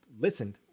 listened